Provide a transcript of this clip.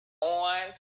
on